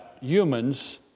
humans